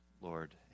Lord